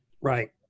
Right